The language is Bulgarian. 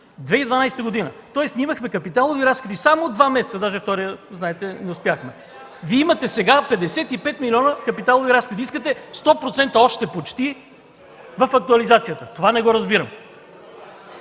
2012 г. Тоест ние имахме капиталови разходи само два месеца. Даже вторият, знаете, не успяхме. Вие имате сега 55 милиона капиталови разходи. Искате още почти 100% в актуализацията. Това не го разбирам!